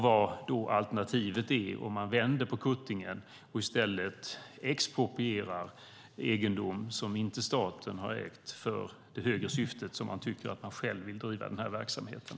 Vad är alternativet om man vänder på kuttingen och i stället exproprierar egendom som staten inte har ägt för det högre syftet att man tycker att man själv vill driva den här verksamheten?